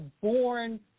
born